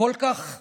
כל כך מסוכסכת,